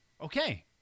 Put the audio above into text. Okay